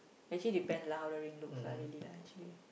actually depend lah how the ring looks lah really lah actually